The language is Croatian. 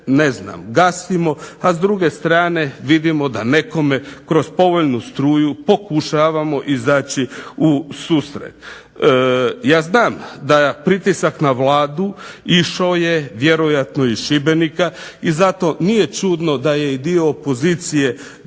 ne znam gasimo a s druge strane vidimo da nekome kroz povoljnu struju pokušavamo izaći u susret. Ja znam da je pritisak na Vladu išao vjerojatno iz Šibenika i zato nije čudno da je dio opozicije